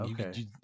Okay